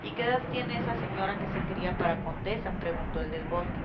y qué edad tiene esa señora que se cría para condesa preguntó el del bosque